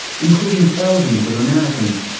including thousands of americans.